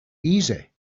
easy